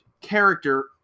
character